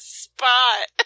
spot